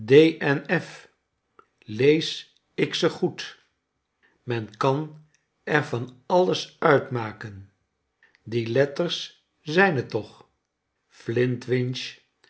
f lees ik ze goed men kan er van alles uit maken die letters zijn t toch